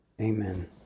Amen